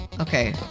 Okay